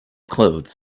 clothes